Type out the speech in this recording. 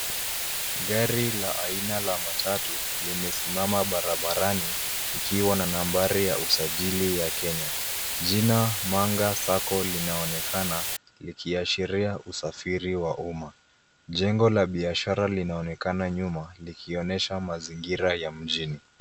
Gari aina la matatu limesimama barabarani likiwa na nambari ya usajili ya kenya. Jina [cs ] mwanga sacco[cs ] linaonekana likiashiria usafiri wa umma. Jengo la biashara linaonekana nyuma likionyesha mazingira ya mjini.